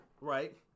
right